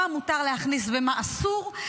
מה מותר להכניס ומה אסור,